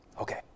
Okay